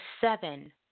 seven